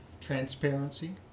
transparency